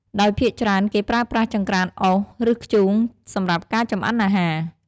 ដោយភាគច្រើនគេប្រើប្រាស់ចង្រ្កានអុស ឬធ្យូងសម្រាប់ការចម្អិនអាហារ។